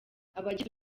abagize